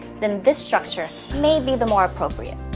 then this structure may be the more appropriate.